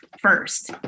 first